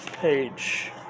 page